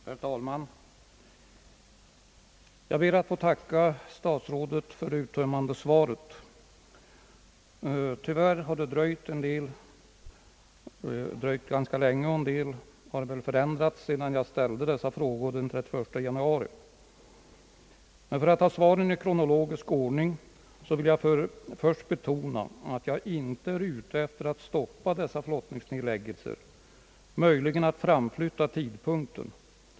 Herr talman! Jag ber att få tacka statsrådet för det uttömmande svaret. Tyvärr har det dröjt, och en del har väl förändrats sedan jag ställde frågorna den 31 januari. Men för att ta svaren i kronologisk ordning, så vill jag först betona, att jag inte är ute efter att stoppa dessa flottningsnedläggelser. Möjligen efter att framflytta tidpunkten.